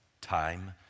Time